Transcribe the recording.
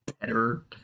better